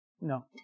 No